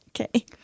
Okay